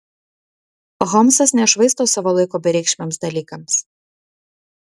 holmsas nešvaisto savo laiko bereikšmiams dalykams